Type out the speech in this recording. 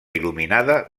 il·luminada